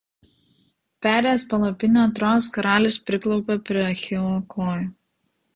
perėjęs palapinę trojos karalius priklaupia prie achilo kojų